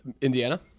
Indiana